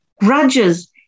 grudges